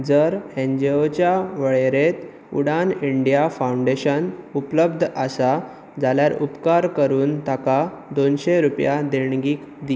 जर एन जी ओच्या वळेरेंत उडाण इंडिया फाउंडेशन उपलब्ध आसा जाल्यार उपकार करून ताका दोनशे रुपया देणगीक दी